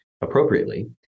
appropriately